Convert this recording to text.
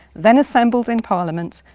then assembled in parliament,